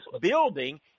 building